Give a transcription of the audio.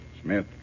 Smith